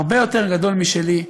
הרבה יותר גדול משלי,